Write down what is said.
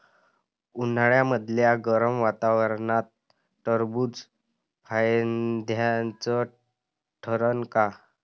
उन्हाळ्यामदल्या गरम वातावरनात टरबुज फायद्याचं ठरन का?